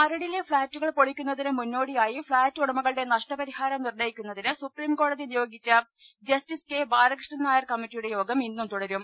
മരടിലെ ഫ്ളാറ്റുകൾ പൊളിക്കുന്നതിന് മുന്നോടിയായി ഫ്ളാറ്റ് ഉടമകളുടെ നഷ്ടപരിഹാരം നിർണയിക്കുന്നതിന് സുപ്രീംകോടതി നിയോഗിച്ച ജസ്റ്റിസ് കെ ബാലകൃഷ്ണൻനായർ കമ്മറ്റിയുടെ യോഗം ഇന്നും തുടരും